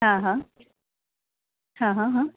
હા હા હા હા હા